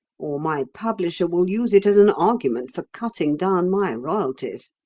or my publisher will use it as an argument for cutting down my royalties.